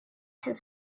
his